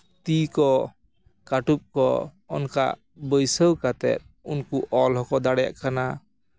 ᱛᱤ ᱠᱚ ᱠᱟᱹᱴᱩᱵ ᱠᱚ ᱚᱱᱠᱟ ᱵᱟᱹᱭᱥᱟᱹᱣ ᱠᱟᱛᱮᱫ ᱩᱱᱠᱩ ᱚᱞ ᱦᱚᱸᱠᱚ ᱫᱟᱲᱮᱭᱟᱜ ᱠᱟᱱᱟ